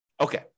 Okay